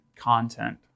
content